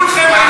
מכולכם,